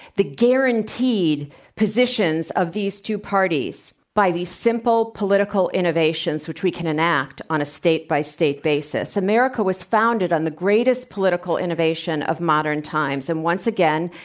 the guaranteed positions of these two parties. by these simple political innovations, which we can enact on a state by state basis, america was founded on the greatest political innovation of modern times and once again,